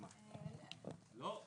לא,